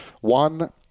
one